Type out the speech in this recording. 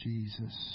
Jesus